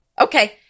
Okay